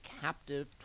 captive